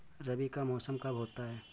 रबी का मौसम कब होता हैं?